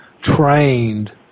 trained